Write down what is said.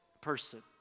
person